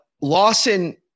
Lawson